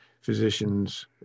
physicians